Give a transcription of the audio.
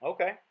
Okay